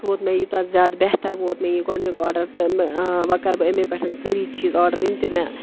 سُہ ووت مےٚ یوٗتاہ زیادٕ بہتر ووت مےٚ یہِ گۄڈٕنیُک آرڈَر تہٕ مےٚ وٕ کَرٕ بہٕ أمی پٮ۪ٹھ سٲری چیٖز آرَڈر یِم تہِ مےٚ